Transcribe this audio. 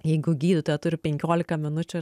jeigu gydytoja turi penkiolika minučių